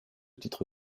titre